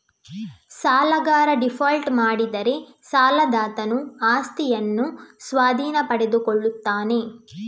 ಸಾಲಗಾರ ಡೀಫಾಲ್ಟ್ ಮಾಡಿದರೆ ಸಾಲದಾತನು ಆಸ್ತಿಯನ್ನು ಸ್ವಾಧೀನಪಡಿಸಿಕೊಳ್ಳುತ್ತಾನೆ